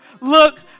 look